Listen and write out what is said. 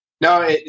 No